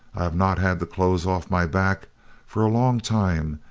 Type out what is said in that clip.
i have not had the clothes off my back for a long time,